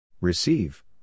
Receive